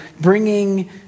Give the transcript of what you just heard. bringing